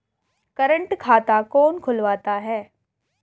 Current खाता कौन खुलवाता है?